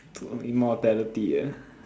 to immortality ah